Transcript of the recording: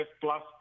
Plus